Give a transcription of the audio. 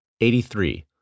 83